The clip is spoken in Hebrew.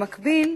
במקביל,